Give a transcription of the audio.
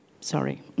sorry